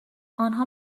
آنها